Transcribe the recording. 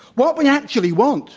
what we actually want